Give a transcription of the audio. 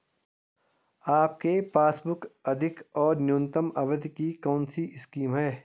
आपके पासबुक अधिक और न्यूनतम अवधि की कौनसी स्कीम है?